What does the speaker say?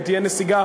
אם תהיה נסיגה,